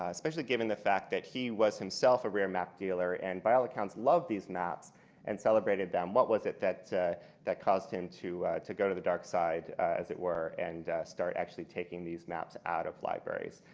especially given the fact that he was, himself, a rare-maps dealer and by all accounts loved these maps and celebrated them. what was it that that caused him to to go to the dark side, as it were, and start actually taking these maps out of libraries?